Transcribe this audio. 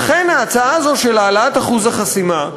לכן, ההצעה הזאת של העלאת אחוז החסימה,